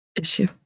issue